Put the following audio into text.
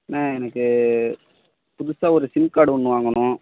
அண்ண எனக்கு புதுசாக ஒரு சிம் கார்டு ஒன்று வாங்கணும்